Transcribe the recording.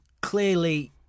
Clearly